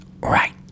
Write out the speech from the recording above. right